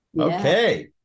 Okay